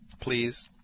please